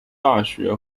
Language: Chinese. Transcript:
大学